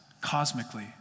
Cosmically